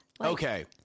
Okay